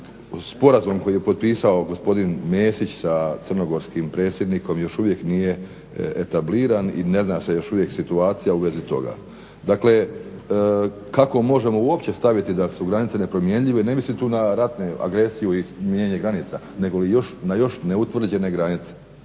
sporazum koji je potpisao gospodin Mesić sa crnogorskim predsjednikom, još uvijek nije tabliran i ne zna se još uvijek situacija u vezi toga. Dakle, kako možemo uopće staviti da su granice nepromjenjive, ne mislim tu na ratne, agresiju i mijenjanje granica, nego na još neutvrđene granice,